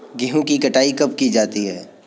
गेहूँ की कटाई कब की जाती है?